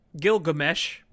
Gilgamesh